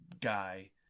guy